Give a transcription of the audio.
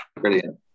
Brilliant